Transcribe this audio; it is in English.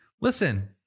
Listen